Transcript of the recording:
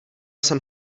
jsem